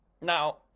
Now